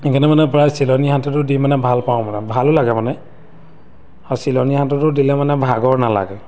সেইকাৰণে মানে প্ৰায় চিলনী সাঁতোৰটো দি মানে ভাল পাওঁ মানে ভালো লাগে মানে আৰু চিলনী সাঁতোৰটো দিলে মানে ভাগৰ নালাগে